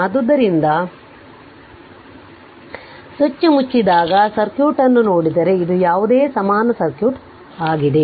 ಆದ್ದರಿಂದ ಸ್ವಿಚ್ ಮುಚ್ಚಿದಾಗ ಸರ್ಕ್ಯೂಟ್ ಅನ್ನು ನೋಡಿದರೆ ಇದು ಯಾವುದೇ ಸಮಾನ ಸರ್ಕ್ಯೂಟ್ ಆಗಿದೆ